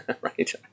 right